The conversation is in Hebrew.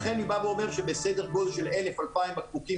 לכן אני בא ואומר שבסדר גודל של 2,000-1,000 בקבוקים